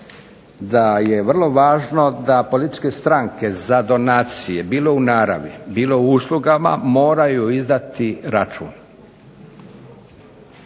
da je vrlo važno da političke stranke za donacije, bilo u naravi, bilo u uslugama, moraju izdati račun.